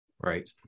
Right